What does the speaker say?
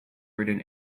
ridden